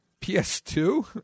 PS2